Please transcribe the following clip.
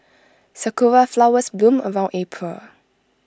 Sakura Flowers bloom around April